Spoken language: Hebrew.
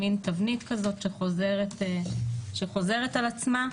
תבנית כזאת שחוזרת על עצמה.